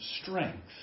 strength